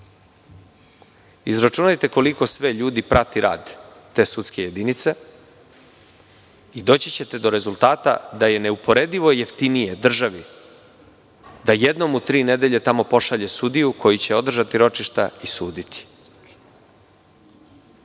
Izračunajte koliko sve ljudi prati rad te sudske jedinice i doći ćete do rezultata da je neuporedivo jeftnije državi da jednom u tri nedelje pošalje sudiju koji će održati ročišta i suditi.A,